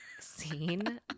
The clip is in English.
scene